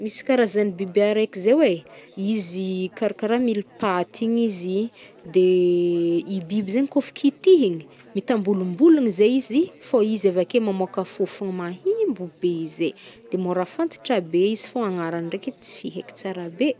Misy karazagny biby araiky zay aoe, izy kar-karaha mille pattes igny izy i, i biby zegny kô fkitihigny, mitambolombologn zey izy, fô izy avake mamôaka fofogn mahimbo be zay e, de môra fantatra be izy fô agnarana ndraiky tsy heiko tsara be